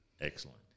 Excellent